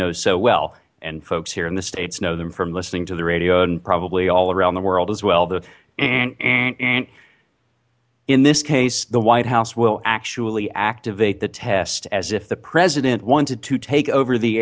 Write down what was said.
know so well and folks here in the states know them from listening to the radio and probably all around the world as well the erg erg erg in this case the white house will actually activate the test as if the president wanted to take over the